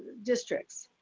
districts.